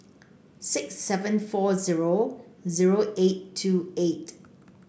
six seven four zero zero eight two eight